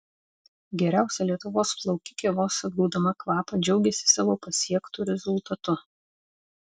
geriausia lietuvos plaukikė vos atgaudama kvapą džiaugėsi savo pasiektu rezultatu